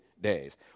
days